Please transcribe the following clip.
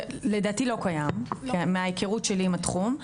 לדעתי לא קיים מההיכרות שלי עם התחום,